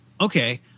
Okay